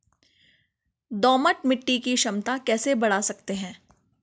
दोमट मिट्टी की क्षमता कैसे बड़ा सकते हैं?